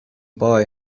boy